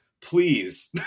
please